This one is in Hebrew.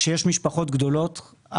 כשיש משפחות גדולות,